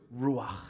ruach